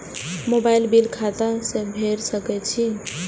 Mobile bill खाता से भेड़ सके छि?